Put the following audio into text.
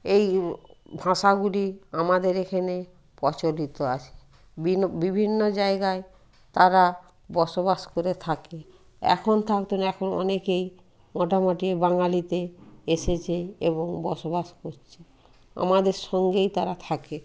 এই ভাষাগুলি আমাদের এখানে প্রচলিত আছে বিভিন্ন জায়গায় তারা বসবাস করে থাকে এখন থাকে না এখন অনেকেই মোটামুটি বাঙালিতে এসেছে এবং বসবাস করছে আমাদের সঙ্গেই তারা থাকে